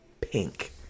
pink